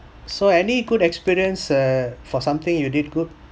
so any good experience err for something you did good